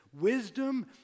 Wisdom